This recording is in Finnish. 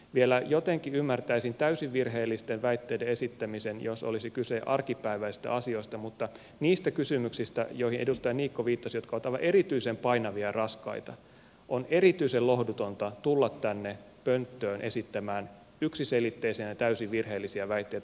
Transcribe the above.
vielä jotenkin ymmärtäisin täysin virheellisten väitteiden esittämisen jos olisi kyse arkipäiväisistä asioista mutta niistä kysymyksistä joihin edustaja niikko viittasi jotka ovat aivan erityisen painavia ja raskaita on erityisen lohdutonta tulla tänne pönttöön esittämään yksiselitteisen ja täysin virheellisiä väitteitä